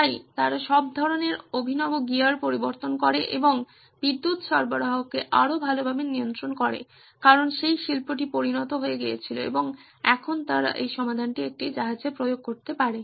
তাই তারা সব ধরণের অভিনব গিয়ার প্রবর্তন করে এবং বিদ্যুৎ সরবরাহকে আরও ভালভাবে নিয়ন্ত্রণ করে কারণ সেই শিল্পটি পরিণত হয়ে গিয়েছিল এবং এখন তারা এই সমাধানটি একটি জাহাজে প্রয়োগ করতে পারে